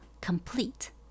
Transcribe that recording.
complete